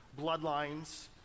bloodlines